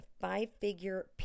five-figure